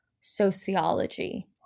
sociology